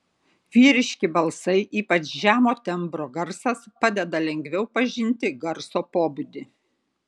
vyriški balsai ypač žemo tembro garsas padeda lengviau pažinti garso pobūdį